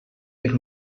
per